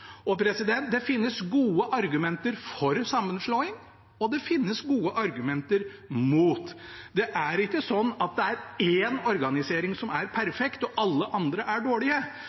Det finnes gode argumenter for sammenslåing, og det finnes gode argumenter mot. Det er ikke slik at det er én organisering som er perfekt, og alle andre er dårlige,